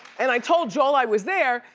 and i told joel i was there,